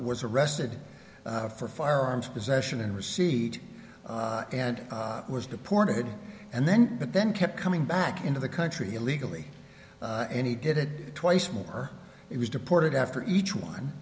was arrested for firearms possession and receipt and was deported and then but then kept coming back into the country illegally and he did it twice more he was deported after each one